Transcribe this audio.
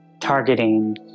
targeting